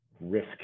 risk